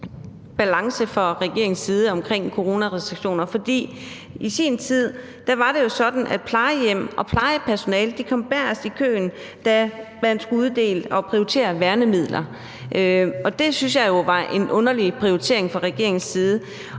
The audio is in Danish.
I sin tid var det jo sådan, at plejehjem og plejepersonale kom bagest i køen, da man skulle uddele og prioritere værnemidler, og det syntes jeg jo var en underlig prioritering fra regeringens side.